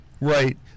Right